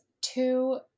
two